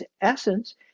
essence